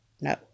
no